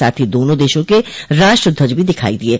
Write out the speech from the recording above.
साथ ही दोनों देशों के राष्ट्र ध्वज भी दिखाई दिये